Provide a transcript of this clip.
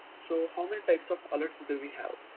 so how many types of alerts do we have?